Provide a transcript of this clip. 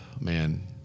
Man